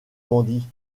bandits